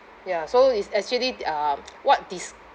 ya so is actually um what dis~